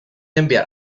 enviar